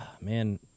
man